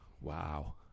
Wow